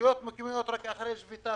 רשויות מקומיות תוגמלו רק אחרי שביתה,